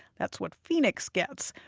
that's what phoenix gets.